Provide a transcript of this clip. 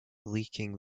leaking